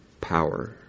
power